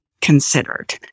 considered